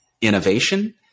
innovation